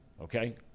okay